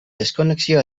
deskonexioa